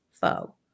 foe